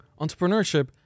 entrepreneurship